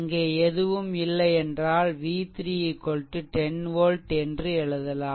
அங்கே எதுவும் இல்லை என்றால் v3 10 volt என்று எழுதலாம்